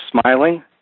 smiling